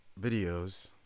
videos